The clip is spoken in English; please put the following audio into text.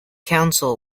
counsel